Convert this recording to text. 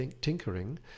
tinkering